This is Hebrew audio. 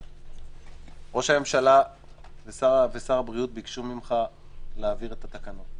ראש הממשלה ושר הבריאות ביקשו ממך להעביר את החוק.